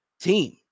team